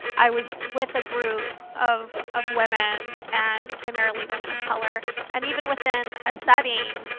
i was with a group of of women and primarily women of color and even within a setting,